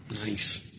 Nice